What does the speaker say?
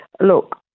Look